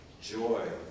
joy